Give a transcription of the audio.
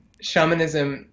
shamanism